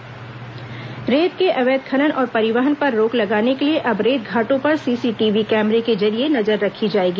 विधानसभा रेत खनन रेत के अवैध खनन और परिवहन पर रोक लगाने के लिए अब रेत घाटों पर सीसीटीवी कैमरे के जरिये नजर रखी जाएगी